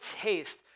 taste